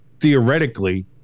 theoretically